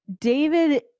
David